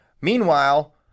Meanwhile